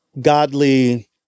godly